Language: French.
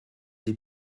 des